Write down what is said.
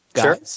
Sure